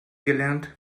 gelernt